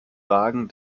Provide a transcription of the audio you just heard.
wagen